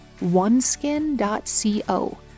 oneskin.co